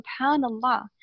Subhanallah